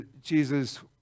Jesus